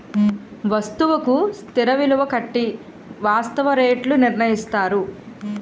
వస్తువుకు స్థిర విలువ కట్టి వాస్తవ రేట్లు నిర్ణయిస్తారు